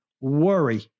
worry